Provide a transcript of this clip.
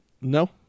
No